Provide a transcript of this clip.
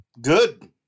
Good